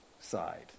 side